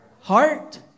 heart